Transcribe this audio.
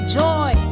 joy